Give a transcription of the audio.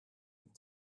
and